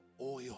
oil